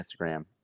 Instagram